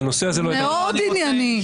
מאוד ענייני.